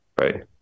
right